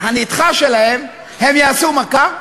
הנדחה שלהם, הם יעשו מכה,